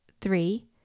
three